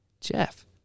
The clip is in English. Jeff